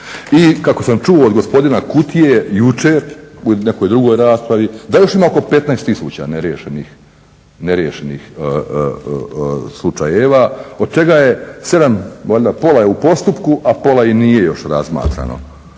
i kako sam čuo od gospodina Kutije jučer u nekoj drugoj raspravi da još ima oko 15 tisuća neriješenih slučajeva od čega je valjda pola u postupku a pola i nije još razmatrano.